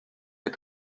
les